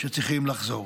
שצריכים לחזור.